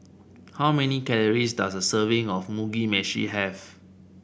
how many calories does a serving of Mugi Meshi have